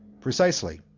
Precisely